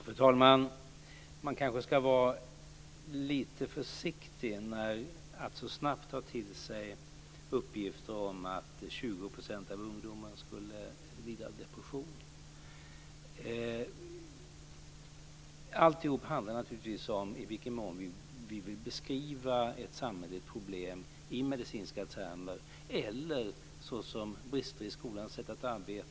Fru talman! Man kanske ska vara lite försiktig med att så snabbt ta till sig uppgifter om att 20 % av ungdomarna skulle lida av depression. Alltihop handlar naturligtvis om i vilken mån vi vill beskriva ett samhälleligt problem i medicinska termer eller såsom brister i skolans sätt att arbeta.